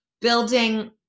building